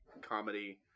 comedy